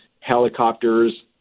helicopters